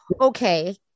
Okay